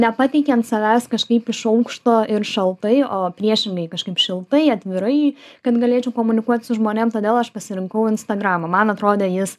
nepateikiant savęs kažkaip iš aukšto ir šaltai o priešingai kažkaip šiltai atvirai kad galėčiau komunikuot su žmonėm todėl aš pasirinkau instagramą man atrodė jis